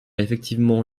effectivement